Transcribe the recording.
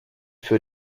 für